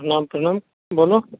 प्रणाम प्रणाम बोलो